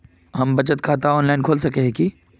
हम बचत खाता ऑनलाइन खोल सके है की?